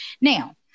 Now